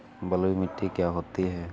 बलुइ मिट्टी क्या होती हैं?